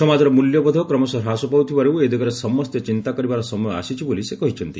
ସମାଜର ମୂଲ୍ୟବୋଧ କ୍ରମଶଃ ହ୍ରାସ ପାଉଥିବାରୁ ଏ ଦିଗରେ ସମସ୍ତେ ଚିନ୍ତା କରିବାର ସମୟ ଆସିଛି ବୋଲି ସେ କହିଛନ୍ତି